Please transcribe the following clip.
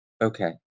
Okay